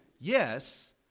Yes